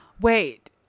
Wait